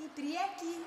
į priekį